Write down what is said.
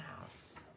house